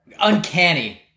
uncanny